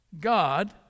God